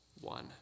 one